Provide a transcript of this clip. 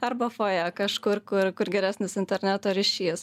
arba fojė kažkur kur kur geresnis interneto ryšys